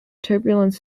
turbulence